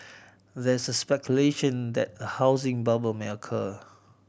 there is speculation that a housing bubble may occur